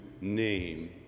name